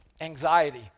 Anxiety